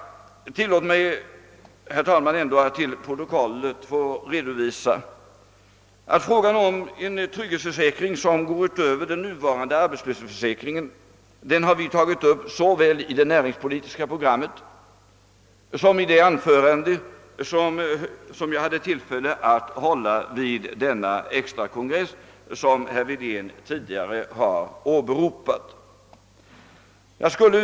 Tillåt mig då, herr talman, att till protokollet få redovisa att frågan om en trygghetsförsäkring som går utöver den nuvarande arbetslöshetsförsäkringen har vi tagit upp såväl i det näringspolitiska programmet som i det anförande jag hade tillfälle att hålla vid den extra partikongress som herr Wedén tidigare åberopade.